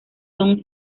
son